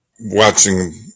watching